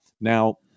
Now